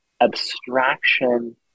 abstraction